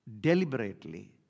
deliberately